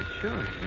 sure